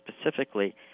specifically